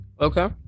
Okay